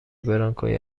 برانکوی